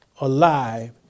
alive